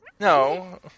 No